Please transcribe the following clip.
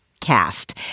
cast